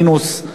מינוס,